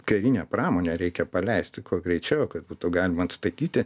karinę pramonę reikia paleisti kuo greičiau kad būtų galima atstatyti